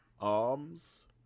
arms